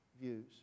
views